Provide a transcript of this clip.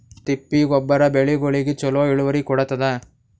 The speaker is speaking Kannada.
ತಿಪ್ಪಿ ಗೊಬ್ಬರ ಬೆಳಿಗೋಳಿಗಿ ಚಲೋ ಇಳುವರಿ ಕೊಡತಾದ?